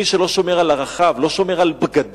מי שלא שומר על ערכיו, לא שומר על בגדיו.